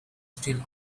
still